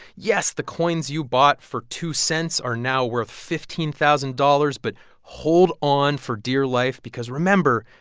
yes, the coins you bought for two cents are now worth fifteen thousand dollars. but hold on for dear life because, remember,